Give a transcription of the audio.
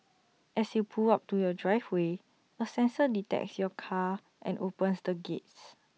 as you pull up to your driveway A sensor detects your car and opens the gates